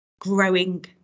growing